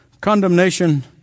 Condemnation